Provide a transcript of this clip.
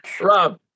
Rob